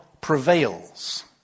prevails